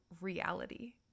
reality